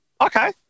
Okay